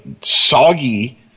soggy